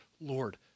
Lord